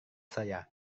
saya